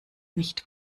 nicht